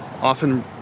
often